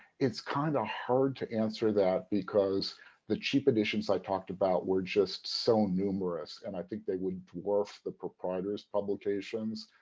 it's kind of hard to answer that because the cheap editions i talked about were just so numerous, and i think they would dwarf the proprietor's publications,